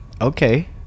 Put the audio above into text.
Okay